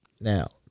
Now